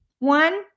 One